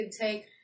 take